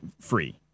free